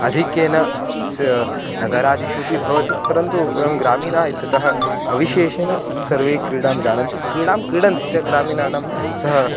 अधिक्येन सी नगरादिषु अपि भवति परन्तु वयं ग्रामीणाः इत्यतः अविशेषेण सर्वे क्रीडां जानन्ति क्रीडां क्रीडन्ति च ग्रामिणानां सः